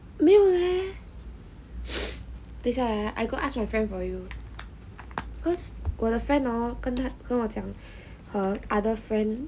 没有等一下 ask my friend for you cause 我的 friend 跟我讲 her other friends